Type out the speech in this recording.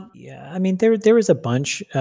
yeah. i mean, there there was a bunch.